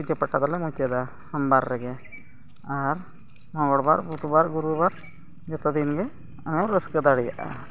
ᱯᱩᱡᱟᱹ ᱯᱟᱴᱟ ᱫᱚᱞᱮ ᱢᱩᱪᱟᱹᱫᱟ ᱥᱳᱢᱵᱟᱨ ᱨᱮᱜᱮ ᱟᱨ ᱢᱚᱝᱜᱚᱞ ᱵᱟᱨ ᱵᱩᱫᱷᱚᱵᱟᱨ ᱜᱩᱨᱩᱵᱟᱨ ᱡᱚᱛᱚ ᱫᱤᱱᱜᱮ ᱟᱢᱮᱢ ᱨᱟᱹᱥᱠᱟᱹ ᱫᱟᱲᱮᱭᱟᱜᱼᱟ